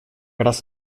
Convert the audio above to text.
раз